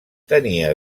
tenia